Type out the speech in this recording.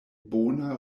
bona